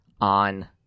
on